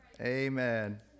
Amen